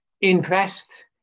invest